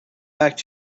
back